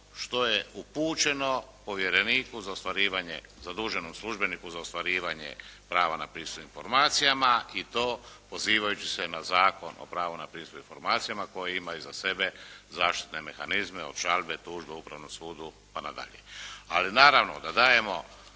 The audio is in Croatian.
što je upućeno povjereniku, zaduženom službeniku za ostvarivanje prava na pristup informacijama i to pozivajući se na Zakon o pravu na pristup informacijama koji ima iza sebe zaštitne mehanizme od žalbe, tužbe Upravnom sudu pa nadalje. Ali naravno da dajemo